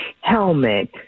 helmet